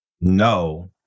no